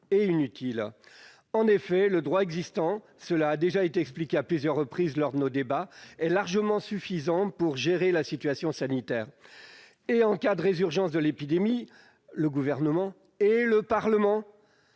et inutile. En effet, le droit existant, cela a déjà été expliqué à plusieurs reprises lors de nos débats, est largement suffisant pour gérer la situation sanitaire. Et, en cas de résurgence de l'épidémie, le Gouvernement et le Parlement